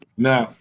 Now